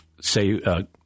say –